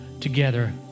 together